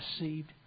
received